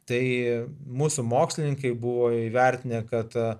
tai mūsų mokslininkai buvo įvertinę kad